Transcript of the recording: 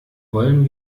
wollen